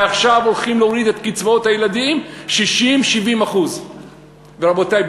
ועכשיו הולכים להוריד את קצבאות הילדים ב-60% 70%. רבותי,